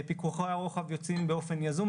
פיקוחי הרוחב יוצאים באופן יזום,